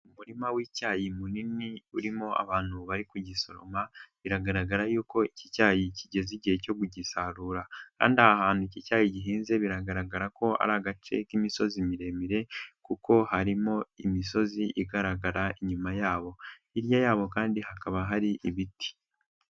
Umuririma w'icyayi munini urimo abantu bari kugisoroma, biragaragara yuko iki cyayi kigeze igihe cyo kugisarura, kandi aha hantu iki cyari gihinze biragaragara ko ari agace k'imisozi miremire kuko harimo imisozi igaragara inyuma yabo, hirya yabo kandi hakaba hari ibiti.